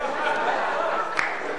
חבר